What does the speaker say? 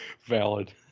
Valid